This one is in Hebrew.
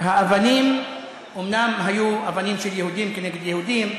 והאבנים אומנם היו אבנים של יהודים כנגד יהודים,